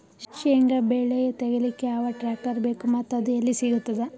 ಶೇಂಗಾ ಬೆಳೆ ತೆಗಿಲಿಕ್ ಯಾವ ಟ್ಟ್ರ್ಯಾಕ್ಟರ್ ಬೇಕು ಮತ್ತ ಅದು ಎಲ್ಲಿ ಸಿಗತದ?